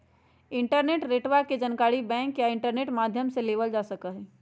interest रेटवा के जानकारी बैंक या इंटरनेट माध्यम से लेबल जा सका हई